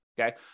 okay